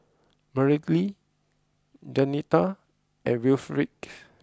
Mareli Denita and Wilfrid